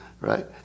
right